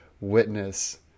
witness